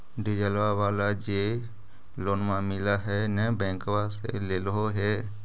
डिजलवा वाला जे लोनवा मिल है नै बैंकवा से लेलहो हे?